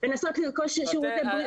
לנסות לרכוש שירותי בריאות,